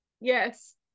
Yes